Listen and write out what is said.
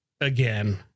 again